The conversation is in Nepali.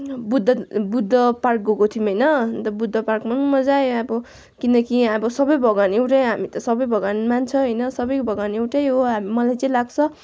बुद्ध बुद्ध पार्क गएको थियौँ होइन अन्त बुद्ध पार्कमा पनि मजा आयो अब किनकि अब सबै भगवान् एउटै हो हामी त सबै भगवान् मान्छ होइन सबै भगवान् एउटै हो मलाई चाहिँ लाग्छ